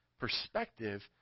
perspective